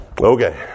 Okay